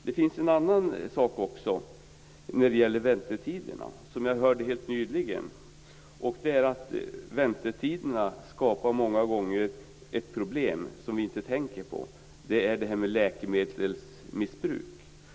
Helt nyligen fick jag höra att väntetiderna många gånger skapar ett problem som vi inte tänker på, nämligen läkemedelsmissbruk.